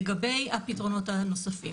לגבי הפתרונות הנוספים.